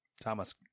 Thomas